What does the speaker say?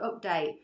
update